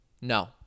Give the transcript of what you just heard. no